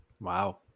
wow